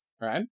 right